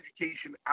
education